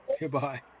Goodbye